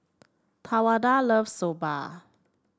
Tawanda loves Soba